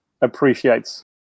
appreciates